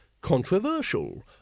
controversial